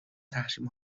تحریم